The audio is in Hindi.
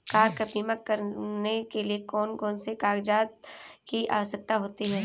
कार का बीमा करने के लिए कौन कौन से कागजात की आवश्यकता होती है?